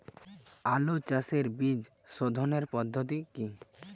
আলু চাষের বীজ সোধনের পদ্ধতি কি?